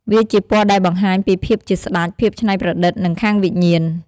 វាជាពណ៌ដែលបង្ហាញពីភាពជាស្តេច ភាពច្នៃប្រឌិត និងខាងវិញ្ញាណ។